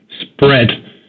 spread